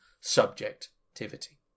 subjectivity